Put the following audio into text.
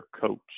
coach